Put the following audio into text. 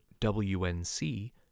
WNC